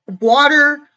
water